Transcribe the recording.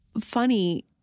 funny